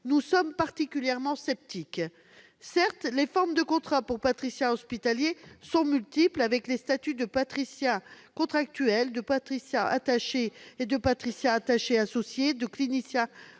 nous sommes particulièrement sceptiques. Certes, les formes de contrat pour praticiens hospitaliers sont multiples, avec les statuts de praticien contractuel, de praticien attaché et de praticien attaché associé, de clinicien